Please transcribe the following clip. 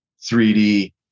3d